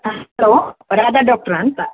ಹಾಂ ಹಲೋ ರಾಧಾ ಡಾಕ್ಟ್ರಾ ಅಂತ